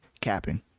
capping